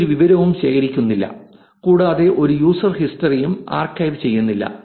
ഇത് ഒരു വിവരവും ശേഖരിക്കുന്നില്ല കൂടാതെ ഒരു യൂസർ ഹിസ്റ്ററി യും ആർക്കൈവ് ചെയ്യുന്നില്ല